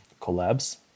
collabs